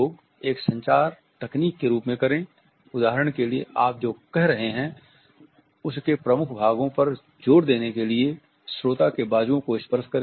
अंत में स्पर्श का उपयोग एक संचार तकनीक के रूप में करें उदाहरण के लिए आप जो कह रहे हैं उसके प्रमुख भागों पर जोर देने के लिए श्रोता के बाजुओ को स्पर्श करें